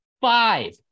five